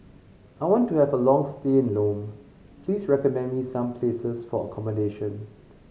I want to have a long stay in Lome please recommend me some places for accommodation